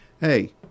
Hey